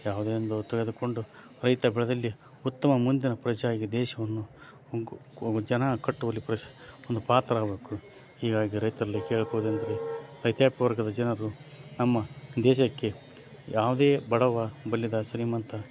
ಯಾವುದೇ ಒಂದು ತೆಗೆದುಕೊಂಡು ರೈತ ಬೆಳೆದಲ್ಲಿ ಉತ್ತಮ ಮುಂದಿನ ಪ್ರಜೆಯಾಗಿ ದೇಶವನ್ನು ಜನ ಕಟ್ಟುವಲ್ಲಿ ಒಂದು ಪಾತ್ರ ಆಗಬೇಕು ಹೀಗಾಗಿ ರೈತರಲ್ಲಿ ಕೇಳ್ಕೊಳೋದೇನಂದರೆ ರೈತಾಪಿ ವರ್ಗದ ಜನರು ನಮ್ಮ ದೇಶಕ್ಕೆ ಯಾವುದೇ ಬಡವ ಬಲ್ಲಿದ ಶ್ರೀಮಂತ